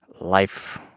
life